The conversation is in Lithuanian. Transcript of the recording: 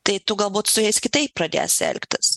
tai tu galbūt su jais kitaip pradėsi elgtis